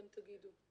אתם תגידו.